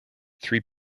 three